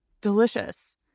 delicious